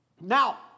Now